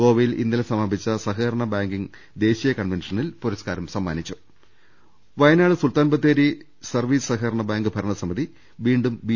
ഗോവയിൽ ഇന്നലെ സമാപിച്ച സഹക രണ ബാങ്കിങ് ദേശീയകൺവെൻഷനിൽ പുരസ്കാരം സമ്മാനി നും വയനാട് സുൽത്താൻ ബത്തേരി സർവീസ് സഹകരണ ബാങ്ക് ഭരണ സമിതി വീണ്ടും ബി